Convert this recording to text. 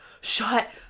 shut